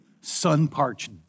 sun-parched